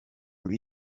lui